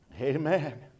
amen